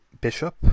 Bishop